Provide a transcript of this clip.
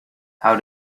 how